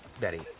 Betty